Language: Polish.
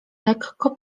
lekko